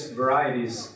varieties